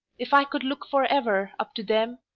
if i could look for ever up to them,